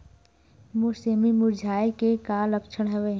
मोर सेमी मुरझाये के का लक्षण हवय?